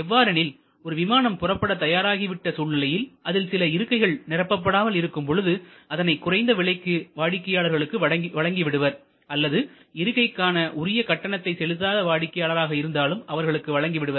எவ்வாறெனில் ஒரு விமானம் புறப்பட தயாராகி விட்ட சூழ்நிலையில் அதில் சில இருக்கைகள் நிரப்பப்படாமல் இருக்கும் பொழுது அதனை குறைந்த விலைக்கு வாடிக்கையாளர்களுக்கு வழங்கி விடுவர் அல்லது இருக்கைக்கான உரியகட்டணத்தை செலுத்தாத வாடிக்கையாளராக இருந்தாலும் அவர்களுக்கு வழங்கி விடுவர்